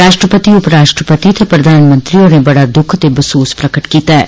राष्ट्रपति उप राष्ट्रपति ते प्रधानमंत्री होरें बड़ा दुख ते बसोस प्रकट कीता ऐ